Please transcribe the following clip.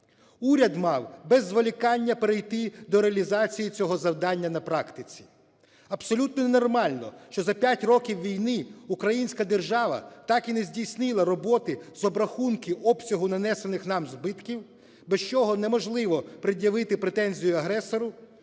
Уряд мав без зволікання перейти до реалізації цього завдання на практиці. Абсолютно ненормально, що за 5 років війни українська держава так і не здійснила роботи з обрахунку обсягу нанесених нам збитків, без чого неможливо пред'явити претензію агресору